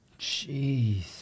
Jeez